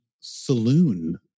saloon